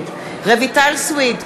סויד,